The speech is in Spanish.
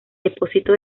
depósito